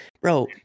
bro